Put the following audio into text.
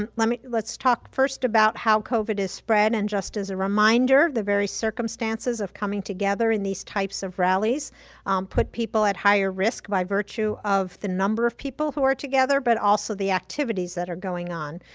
um let's let's talk first about how covid is spread. and just as a reminder, the very circumstances of coming together in these types of rallies put people at higher risk by virtue of the number of people who are together, but also the activities that are going on.